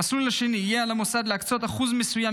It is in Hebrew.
במסלול השני יהיה על המוסד להקצות אחוז מסוים